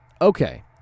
Okay